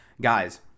guys